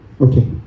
Okay